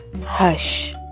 Hush